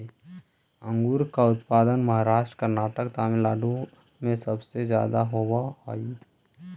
अंगूर का उत्पादन महाराष्ट्र, कर्नाटक, तमिलनाडु में सबसे ज्यादा होवअ हई